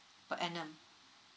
per annum